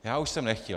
Já už jsem nechtěl.